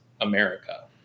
America